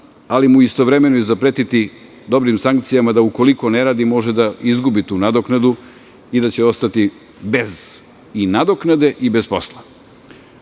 ali mu istovremeno i zapretiti dobrim sankcijama, da ukoliko ne radi može da izgubi tu nadoknadu i da će ostati bez nadoknade i bez posla. Ovo